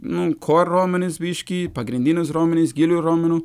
nu ko raumenis biški pagrindinius raumenis gilių raumenų